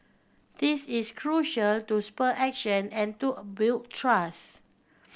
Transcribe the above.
this is crucial to spur action and to a build trust